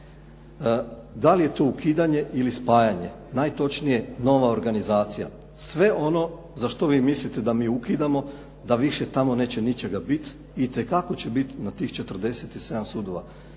Da li je to ukidanje ili spajanje? Najtočnije, nova organizacija. Se ono za što vi mislite da mi ukidamo, da više neće tamo ničega biti itekako će biti na tih 47 sudova.